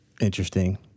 interesting